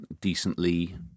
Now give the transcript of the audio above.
decently